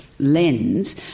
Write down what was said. lens